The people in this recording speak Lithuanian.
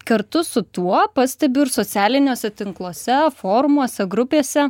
kartu su tuo pastebiu ir socialiniuose tinkluose forumuose grupėse